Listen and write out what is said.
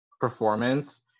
performance